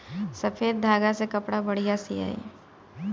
सफ़ेद धागा से कपड़ा बढ़िया सियाई